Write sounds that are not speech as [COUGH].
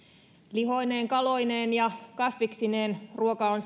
lihoineen kaloineen ja kasviksineen ruoka on [UNINTELLIGIBLE]